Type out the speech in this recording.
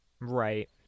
Right